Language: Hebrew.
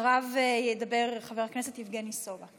אחריו ידבר חבר הכנסת יבגני סובה.